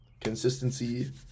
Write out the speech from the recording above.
consistency